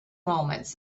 moments